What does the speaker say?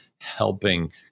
helping